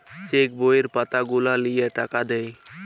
check বইয়ের পাতা গুলা লিয়ে টাকা দেয়